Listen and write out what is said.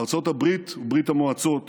ארצות הברית וברית המועצות,